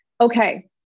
Okay